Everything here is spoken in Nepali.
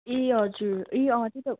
ए हजुर ए अँ त्यही त